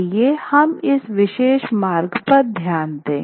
आइए हम इस विशेष मार्ग पर ध्यान दें